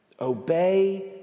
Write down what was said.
Obey